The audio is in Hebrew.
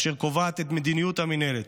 אשר קובעת את מדיניות המינהלת,